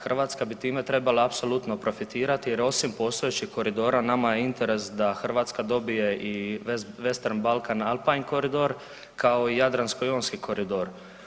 Hrvatska bi time trebala apsolutno profitirati jer osim postojećih koridora nama je interes da Hrvatska dobije i western balkan alpine corridor kao i jadransko-jonski koridor.